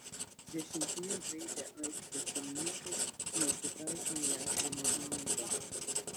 dešimtyje žaidę aikštės šeimininkai neatsitraukė į akliną gynybą